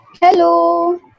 Hello